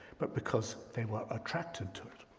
but because they were attracted to it.